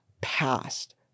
past